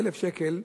1,000 שקל.